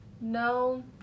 no